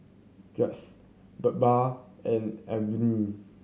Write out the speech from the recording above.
Peyush Birbal and Arvind